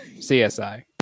CSI